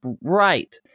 right